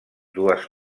dues